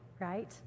right